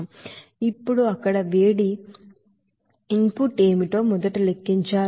ఇప్పుడు అక్కడ వేడి ఇన్ పుట్ ఏమిటో మనం మొదట లెక్కించాలి